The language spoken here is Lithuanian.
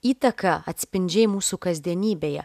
įtaka atspindžiai mūsų kasdienybėje